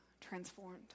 transformed